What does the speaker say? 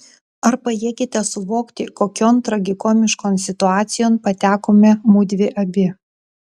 ar pajėgiate suvokti kokion tragikomiškon situacijon patekome mudvi abi